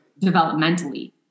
developmentally